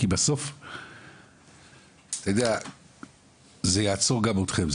כי בסוף זה יעצור גם אתכם.